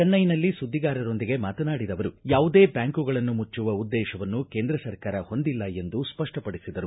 ಚೆನ್ನೈನಲ್ಲಿ ಸುದ್ದಿಗಾರರೊಂದಿಗೆ ಮಾತನಾಡಿದ ಅವರು ಯಾವುದೇ ಬ್ಯಾಂಕುಗಳನ್ನು ಮುಚ್ಚುವ ಉದ್ದೇಶವನ್ನು ಕೇಂದ್ರ ಸರ್ಕಾರ ಹೊಂದಿಲ್ಲ ಎಂದು ಸ್ಪಷ್ಟಪಡಿಸಿದರು